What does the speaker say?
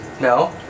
No